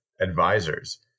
advisors